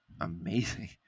amazing